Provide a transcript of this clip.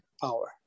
power